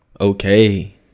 okay